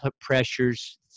pressures